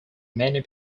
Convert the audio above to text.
many